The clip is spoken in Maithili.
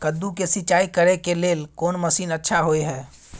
कद्दू के सिंचाई करे के लेल कोन मसीन अच्छा होय है?